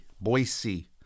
Boise